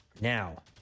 now